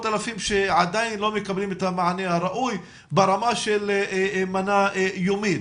אלפים שעדיין לא מקבלים את המענה הראוי ברמה של מנה יומית,